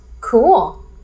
Cool